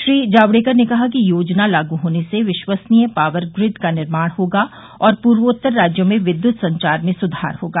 श्री जावडेकर ने कहा कि योजना लागू होने से विश्वसनीय पावर ग्रिड का निर्माण होगा और पूर्वोत्तर राज्यों में विद्युत संचार में सुधार होगा